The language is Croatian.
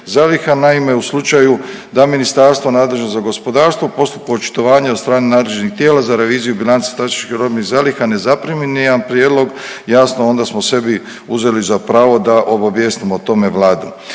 Naime, u slučaju da Ministarstvo nadležno za gospodarstvo … očitovanje od strane nadležnih tijela za reviziju bilance strateških robnih zaliha ne zaprimi ni jedan prijedlog jasno onda smo sebi uzeli za pravo da obavijestimo o tome Vladu.